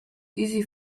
easy